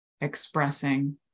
expressing